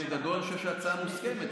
בגדול אני חושב שההצעה מוסכמת,